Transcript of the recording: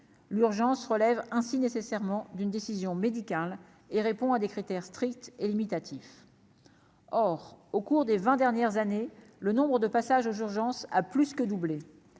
l'urgence relève ainsi nécessairement d'une décision médicale et répond à des critères stricts et limitatif, or, au cours des 20 dernières années, le nombre de passages aux urgences, a plus que doublé,